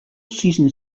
season